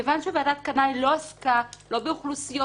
מכיוון שוועדת קנאי לא עסקה לא באוכלוסיות